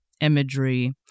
imagery